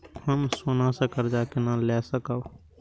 हम सोना से कर्जा केना लाय सकब?